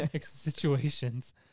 situations